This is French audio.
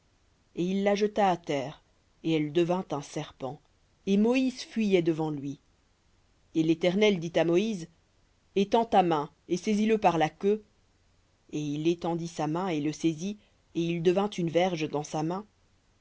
et il la jeta à terre et elle devint un serpent et moïse fuyait devant lui et l'éternel dit à moïse étends ta main et saisis le par la queue et il étendit sa main et le saisit et il devint une verge dans sa main